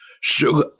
Sugar